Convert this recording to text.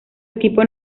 equipos